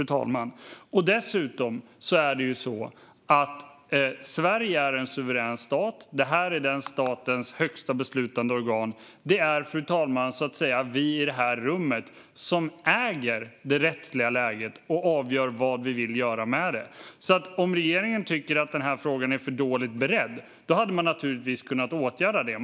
Dessutom är Sverige en suverän stat. Och det här är den statens högsta beslutande organ. Det är vi i det här rummet som äger det rättsliga läget och som avgör vad vi vill göra med det, fru talman. Om regeringen tycker att frågan är för dåligt beredd hade man kunnat åtgärda det.